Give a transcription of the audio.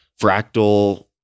fractal